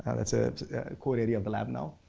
that's a core area of the lab now.